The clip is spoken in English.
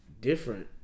different